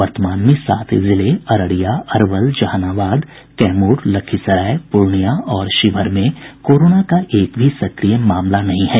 वर्तमान में सात जिले अररिया अरवल जहानाबाद कैमूर लखीसराय पूर्णियां और शिवहर में कोरोना का एक भी सक्रिय मामला नहीं है